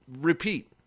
Repeat